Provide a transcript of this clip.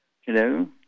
Hello